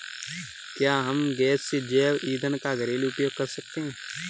क्या हम गैसीय जैव ईंधन का घरेलू उपयोग कर सकते हैं?